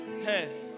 Hey